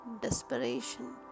desperation